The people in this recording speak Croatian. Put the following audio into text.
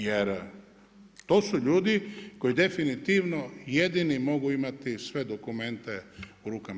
Jer, to su ljudi koji definitivno, jedini mogu imati sve dokumente u rukama.